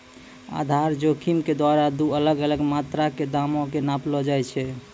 आधार जोखिम के द्वारा दु अलग अलग मात्रा के दामो के नापलो जाय छै